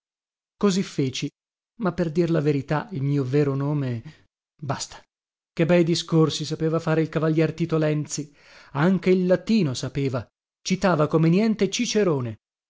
così feci ma per dir la verità il mio vero nome basta che bei discorsi sapeva fare il cavalier tito lenzi anche il latino sapeva citava come niente cicerone